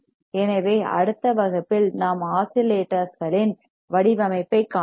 எனவே அடுத்த வகுப்பில் நாம் ஆசல்லேட்டர்ஸ்களின் வடிவமைப்பைக் காண்போம்